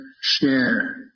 share